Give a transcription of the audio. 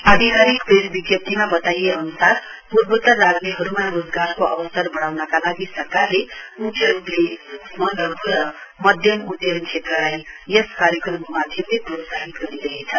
आधिकारिक प्रेस बिज्ञप्तीमा बताइए अनुसार पूर्वोत्तर राज्यहरूमा रोजगारको अवसर बढ़ाउनका लागि सरकारले मुख्य रूपले सूक्ष्म लधु र मध्यम उध्म क्षेत्रलाइ यस कार्यक्रमको माध्यमले प्रोत्साहित गरिरहेछ